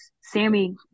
Sammy